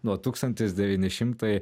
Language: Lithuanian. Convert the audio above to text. nuo tūkstantis devyni šimtai